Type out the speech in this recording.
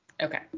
okay